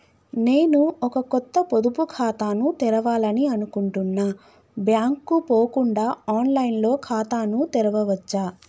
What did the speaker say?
నేను ఒక కొత్త పొదుపు ఖాతాను తెరవాలని అనుకుంటున్నా బ్యాంక్ కు పోకుండా ఆన్ లైన్ లో ఖాతాను తెరవవచ్చా?